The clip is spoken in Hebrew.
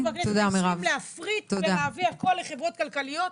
והחליטו בכנסת ה-20 להפריט ולהביא הכל לחברות כלכליות.